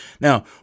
Now